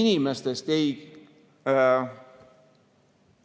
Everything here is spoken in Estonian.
inimestest ei